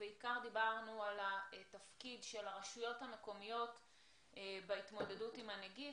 בעיקר דיברנו על התפקיד של הרשויות המקומיות בהתמודדות עם הנגיף,